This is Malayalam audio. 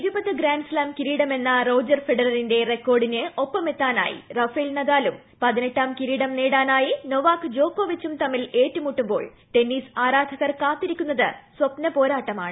ഇരുപത് ഗ്രാൻസ്റ്റാം കിരീടമെന്ന റോജർ ഫെഡററിന്റെ റിക്കോർഡിന് ഒപ്പമെത്താനായി റാഫേൽ നദാലും പതിനെട്ടാം കിരീടം നേടാനായി നൊവാക് ജോക്കോവിച്ചും തമ്മിൽ ഏറ്റുമുട്ടുമ്പോൾ ടെന്നീസ് ആരാധകർ കാത്തിരിക്കു ന്നത് സ്പ്ന പോരാട്ടമാണ്